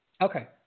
Okay